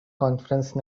conference